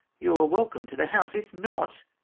you are welcome to the house if not,